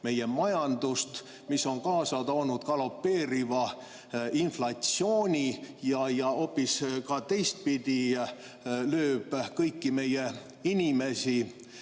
meie majandust. See on kaasa toonud galopeeriva inflatsiooni ja ka teistpidi lööb kõiki meie inimesi.